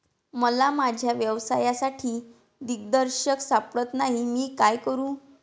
मला माझ्या व्यवसायासाठी दिग्दर्शक सापडत नाही मी काय करू?